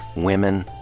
women,